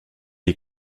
est